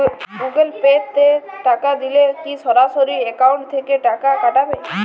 Google Pay তে টাকা দিলে কি সরাসরি অ্যাকাউন্ট থেকে টাকা কাটাবে?